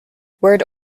word